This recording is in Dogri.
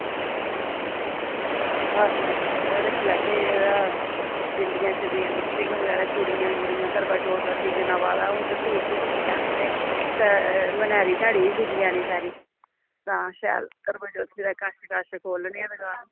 कास्मैटिक दा रक्खी लैगे एह्दा बिंदियां शिंदियां लिपस्टिक बगैरा चुड़ियां करवाचौथ दा सीजन आवा दा हून ते सूट बी बिकी जाने ते मन्यारी साढ़ी बी बिकी जानी सारी तां शैल करवाचौथी दे कश कश खोलने आं दकान